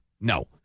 no